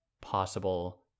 possible